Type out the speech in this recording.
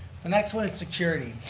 the next one is security.